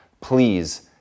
Please